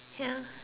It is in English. ya